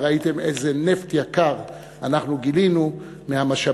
וראיתם איזה נפט יקר אנחנו גילינו מהמשאבים